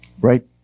Right